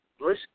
listen